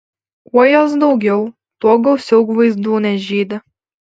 kuo jos daugiau tuo gausiau gvaizdūnės žydi